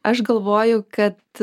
aš galvoju kad